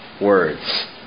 words